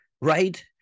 right